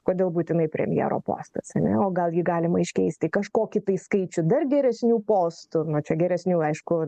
kodėl būtinai premjero postas ane o gal jį galima iškeisti į kažkokį tai skaičių dar geresnių postų na čia geresnių aišku